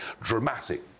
dramatic